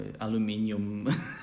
Aluminium